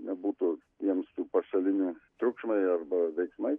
nebūtų jiems tų pašalinių triukšmai arba veiksmai